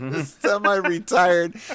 semi-retired